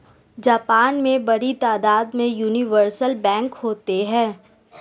Japan में बड़ी तादाद में यूनिवर्सल बैंक होते हैं